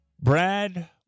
Brad